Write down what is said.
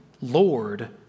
Lord